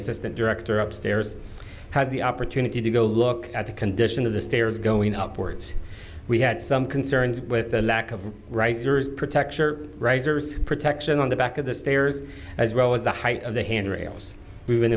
assistant director upstairs has the opportunity to go look at the condition of the stairs going upwards we had some concerns with the lack of risers protection or risers protection on the back of the stairs as well as the height of the handrails we've been